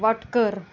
Watkar